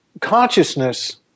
consciousness